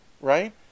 right